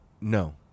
no